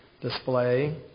display